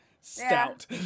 Stout